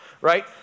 right